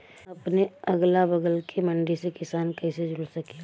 अपने अगला बगल के मंडी से किसान कइसे जुड़ सकेला?